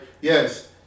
Yes